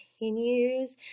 continues